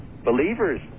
Believers